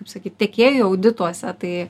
kaip sakyt tiekėjų audituose tai